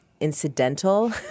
incidental